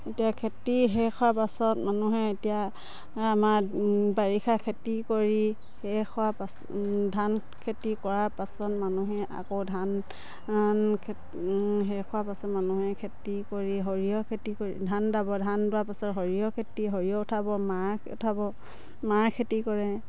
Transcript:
এতিয়া খেতি শেষ হোৱাৰ পাছত মানুহে এতিয়া আমাৰ বাৰিষা খেতি কৰি শেষ হোৱা পাচ ধান খেতি কৰাৰ পাছত মানুহে আকৌ ধান ধান খেতি শেষ হোৱাৰ পাছত মানুহে খেতি কৰি সৰিয়হ খেতি কৰি ধান দাব ধান দোৱাৰ পাছত সৰিয়হ খেতি সৰিয়হ উঠাব মাহ উঠাব মাহ খেতি কৰে